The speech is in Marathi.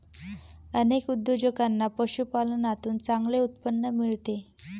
अनेक उद्योजकांना पशुपालनातून चांगले उत्पन्न मिळते